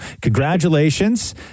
congratulations